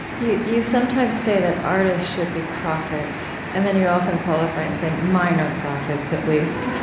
you you sometimes say that artists should be prophets, and then you often qualify it and say, minor prophets, at least.